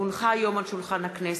כי הונחה היום על שולחן הכנסת,